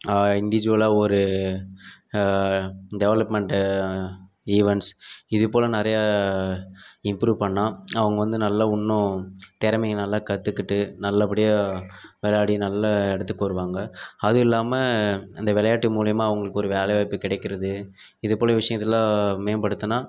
இன்டீஜூவலாக ஒரு development events இதைப்போல நிறைய இம்ப்ரூவ் பண்ணிணா அவங்க வந்து நல்லா இன்னும் திறமைய நல்லா கற்றுக்கிட்டு நல்லபடியாக விளையாடி நல்ல இடத்துக்கு வருவாங்க அது இல்லாமல் அந்த விளையாட்டு மூலயமா அவர்களுக்கு ஒரு வேலைவாய்ப்பு கிடைக்கிறது இதுப்போல விஷயத்தல்லாம் மேம்படுத்தினா